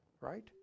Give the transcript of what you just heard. Right